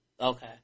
Okay